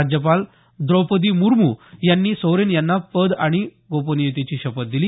राज्यपाल द्रौपदी मुर्मू यांनी सोरेन यांना पद आणि गोपनीयतेची शपथ दिली